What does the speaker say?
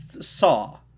Saw